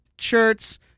shirts